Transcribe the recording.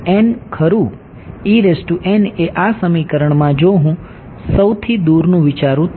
n ખરું એ આ સમીકરણમાં જો હું સૌથી દૂરનું વિચારું તો